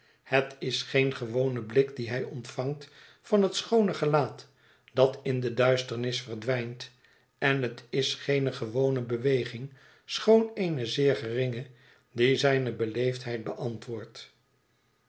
het is geen gewone blik dien hij ontvangt van het schoone gelaat dat in de duisternis verdwijnt en het is geene gewone beweging schoon eene zeer geringe die zijne beleefdheid beantwoordt